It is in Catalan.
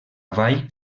vall